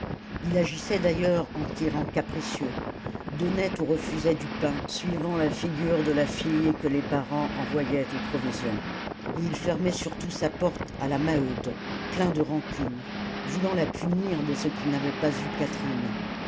il agissait d'ailleurs en tyran capricieux donnait ou refusait du pain suivant la figure de la fille que les parents envoyaient aux provisions et il fermait surtout sa porte à la maheude plein de rancune voulant la punir de ce qu'il n'avait pas eu catherine